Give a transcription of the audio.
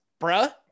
bruh